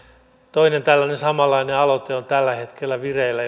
toinenkin tällainen samanlainen aloite on tällä hetkellä vireillä